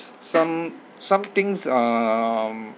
some some things um